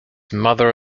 mother